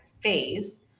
phase